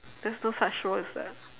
there's no such show as that